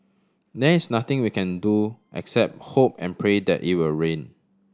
there's nothing we can do except hope and pray that it will rain